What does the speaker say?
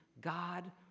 God